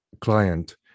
client